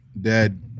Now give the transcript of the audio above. Dead